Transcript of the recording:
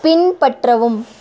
பின்பற்றவும்